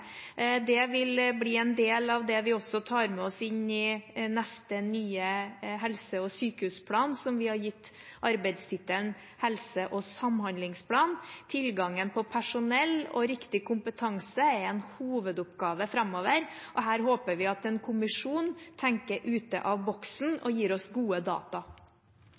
det vil bli en del av det vi også tar med oss inn i neste nye helse- og sykehusplan, som vi har gitt arbeidstittelen helse- og samhandlingsplan. Tilgangen på personell og riktig kompetanse er en hovedoppgave framover, og her håper vi at en kommisjon tenker utenfor boksen og gir oss gode data.